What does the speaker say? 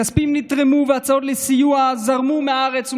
כספים נתרמו והצעות לסיוע זרמו מהארץ ומהעולם.